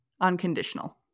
unconditional